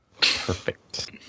Perfect